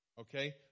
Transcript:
Okay